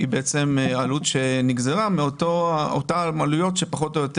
היא העלות שנגזרה מאותן עלויות שפחות או יותר